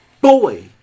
boy